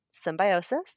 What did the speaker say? Symbiosis